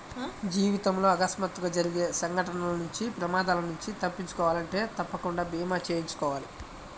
జీవితంలో అకస్మాత్తుగా జరిగే సంఘటనల నుంచి ప్రమాదాల నుంచి తప్పించుకోవాలంటే తప్పకుండా భీమా చేయించుకోవాలి